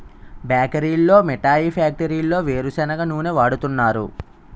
బేకరీల్లో మిఠాయి ఫ్యాక్టరీల్లో వేరుసెనగ నూనె వాడుతున్నారు